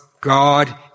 God